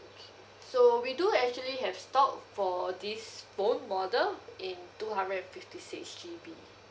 so we do actually have stock for this phone model in two hundred and fifty six G_B